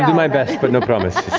yeah my best, but no promises.